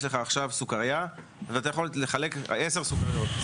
לך עכשיו סוכריה ואתה יכול לחלק 10 סוכריות.